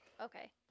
Okay